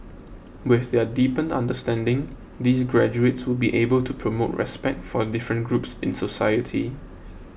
with their deepened understanding these graduates would be able to promote respect for different groups in society